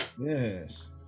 Yes